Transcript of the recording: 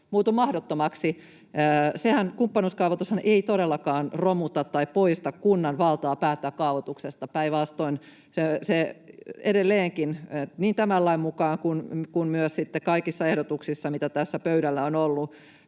muutu mahdottomaksi. Kumppanuuskaavoitushan ei todellakaan romuta tai poista kunnan valtaa päättää kaavoituksesta, päinvastoin. Se kumppanuuskaavoitus edelleen jatkossakin, niin tämän lain mukaan kuin myös kaikissa ehdotuksissa, mitä tässä pöydällä on ollut,